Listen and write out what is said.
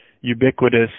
ubiquitous